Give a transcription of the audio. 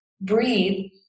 breathe